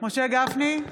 משה גפני,